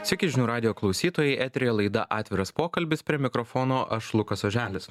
sveiki žinių radijo klausytojai eteryje laida atviras pokalbis prie mikrofono aš lukas oželis